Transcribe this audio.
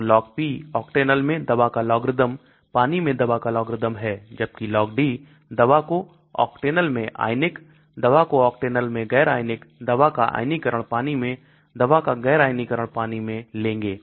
तो LogP octanol मैं दवा का लॉग्र्रिदम पानी में दवा का लॉग्र्रिदम है जबकि LogD दवा को ऑक्टेनॉल में आयनिक दवा को ऑक्टेनॉल में गैर आयनिक दवा का आयनीकरण पानी में दवा का गैर आयनीकरण पानी में लेंगे